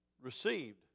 received